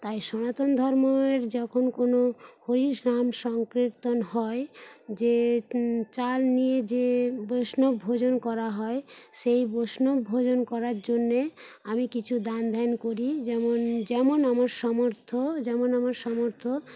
তাই সনাতন ধর্মের যখন কোনো হরিনাম সংকীর্তন হয় যে চাল নিয়ে যে বৈষ্ণব ভোজন করা হয় সেই বৈষ্ণব ভোজন করার জন্যে আমি কিছু দান ধ্যান করি যেমন যেমন আমার সামর্থ্য যেমন আমার সামর্থ্য